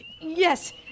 Yes